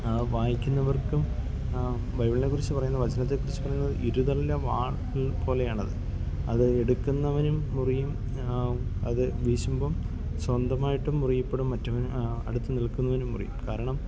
വായിക്കുന്നവർക്കും ബൈബിൾനേക്കുറിച്ച് പറയുന്ന വചനത്തേക്കുറിച്ച് പറയുന്നത് ഇരുതല വാൾ പോലെയാണത് അത് എടുക്കുന്നവനും മുറിയും അത് വീശുമ്പം സ്വന്തമായിട്ടും മുറിയപ്പെടും മറ്റവൻ അടുത്ത് നിൽക്കുന്നവനും മുറിയും കാരണം